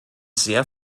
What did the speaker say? sehr